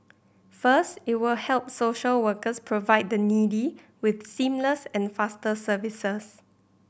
first it will help social workers provide the needy with seamless and faster services